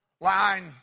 line